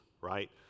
right